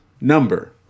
number